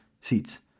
seats